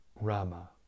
Rama